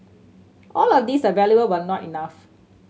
all of these are valuable but are not enough